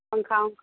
पंखा